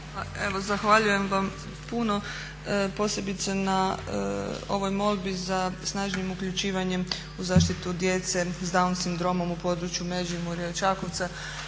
zahvaljujem vam puno, posebice na ovoj molbi za snažnijim uključivanjem u zaštitu djece s down sindromom u području Međimurja i Čakovca,